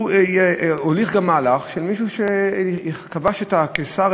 הוא הוליך גם מהלך של מישהו שכבש את הקיסר,